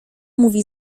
mówi